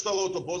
שאתה רואה אותו פה,